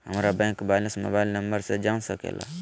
हमारा bank balance mobile number से जान सके ला?